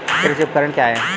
कृषि उपकरण क्या है?